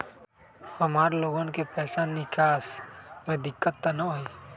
हमार लोगन के पैसा निकास में दिक्कत त न होई?